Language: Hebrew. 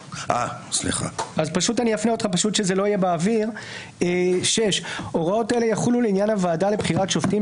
6". הוראות אלה יחולו לענין הועדה לבחירת שופטים